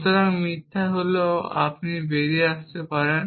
সুতরাং মিথ্যা হলেও আপনি বেরিয়ে আসতে পারেন